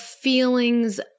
feelings